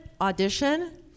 audition